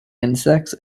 insects